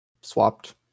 swapped